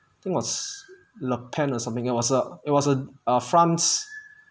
think was le pen or something it was a it was a france